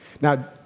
Now